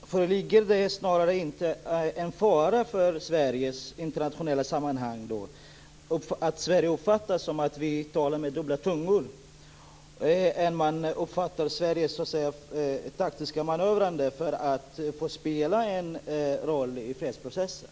Föreligger det då snarare inte en fara för att Sverige i internationella sammanhang uppfattas tala med dubbla tungor? Det kan uppfattas som att Sverige taktiskt manövrerar för att få spela en roll i fredsprocessen.